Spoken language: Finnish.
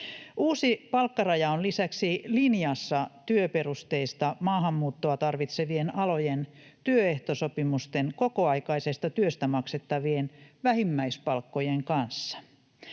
Uusi palkkaraja on lisäksi linjassa työperusteista maahanmuuttoa tarvitsevien alojen työehtosopimusten kokoaikaisesta työstä maksettavien vähimmäispalkkojen kanssa.